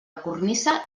cornisa